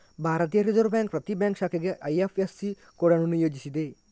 ಭಾರತೀಯ Reserve Bank ಪ್ರತಿ bank ಶಾಖೆಗೆ ಐ.ಎಫ್.ಎಸ್.ಸಿ ಕೋಡ್ ಅನ್ನು ನಿಯೋಜಿಸಿದೆ